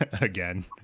again